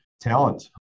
talent